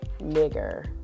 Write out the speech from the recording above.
Nigger